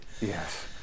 Yes